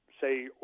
say